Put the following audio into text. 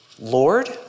Lord